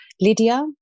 Lydia